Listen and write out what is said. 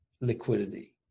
liquidity